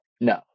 No